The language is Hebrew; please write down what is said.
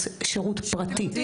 תשבו כולם,